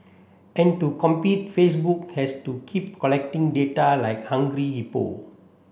and to compete Facebook has to keep collecting data like hungry hippo